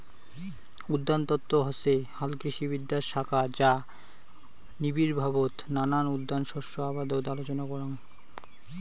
উদ্যানতত্ত্ব হসে হালকৃষিবিদ্যার শাখা যা নিবিড়ভাবত নানান উদ্যান শস্য আবাদত আলোচনা করাং